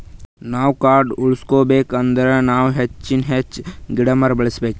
ನಾವ್ ಕಾಡ್ ಉಳ್ಸ್ಕೊಬೇಕ್ ಅಂದ್ರ ನಾವ್ ಹೆಚ್ಚಾನ್ ಹೆಚ್ಚ್ ಗಿಡ ಮರ ನೆಡಬೇಕ್